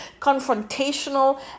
confrontational